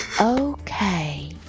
okay